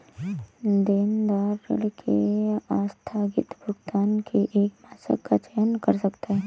देनदार ऋण के आस्थगित भुगतान के एक मानक का चयन कर सकता है